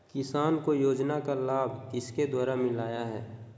किसान को योजना का लाभ किसके द्वारा मिलाया है?